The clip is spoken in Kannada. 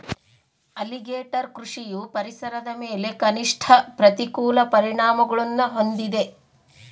ಅಲಿಗೇಟರ್ ಕೃಷಿಯು ಪರಿಸರದ ಮೇಲೆ ಕನಿಷ್ಠ ಪ್ರತಿಕೂಲ ಪರಿಣಾಮಗುಳ್ನ ಹೊಂದಿದೆ